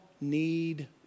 need